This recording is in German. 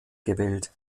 gewählt